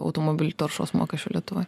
automobilių taršos mokesčio lietuvoj